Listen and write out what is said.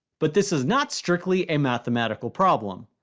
but this is not strictly a mathematical problem.